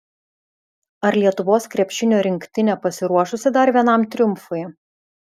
ar lietuvos krepšinio rinktinė pasiruošusi dar vienam triumfui